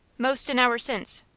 most an hour since,